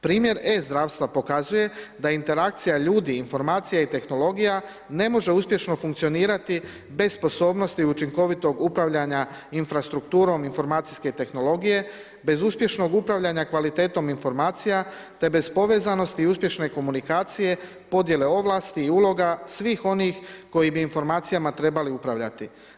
Primjer e zdravstva pokazuje da interakcija ljudi, informacija i tehnologija ne može uspješno funkcionirati bez sposobnosti i učinkovitog upravljanja infrastrukturom informacijske tehnologije, bez uspješnog upravljanja kvalitetnom informacija te bez povezanosti i uspješne komunikacije, podjele ovlasti i uloga svih onih koji bi informacijama trebali upravljati.